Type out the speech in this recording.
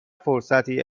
فرصتی